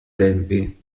tempi